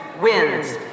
wins